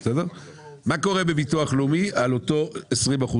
מה קורה בביטוח לאומי על אותם 20%,